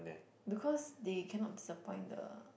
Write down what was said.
because they cannot disappoint the